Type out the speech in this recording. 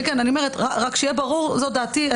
זאת דעתי.